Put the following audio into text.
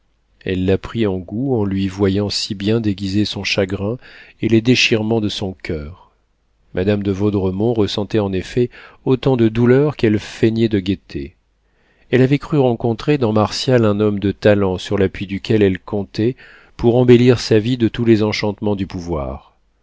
elle la prit en goût en lui voyant si bien déguiser son chagrin et les déchirements de son coeur madame de vaudremont ressentait en effet autant de douleur qu'elle feignait de gaieté elle avait cru rencontrer dans martial un homme de talent sur l'appui duquel elle comptait pour embellir sa vie de tous les enchantements du pouvoir